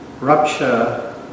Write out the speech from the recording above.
Rupture